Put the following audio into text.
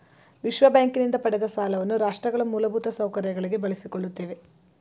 ವಿಶ್ವಬ್ಯಾಂಕಿನಿಂದ ಪಡೆದ ಸಾಲವನ್ನ ರಾಷ್ಟ್ರಗಳ ಮೂಲಭೂತ ಸೌಕರ್ಯಗಳಿಗೆ ಬಳಸಿಕೊಳ್ಳುತ್ತೇವೆ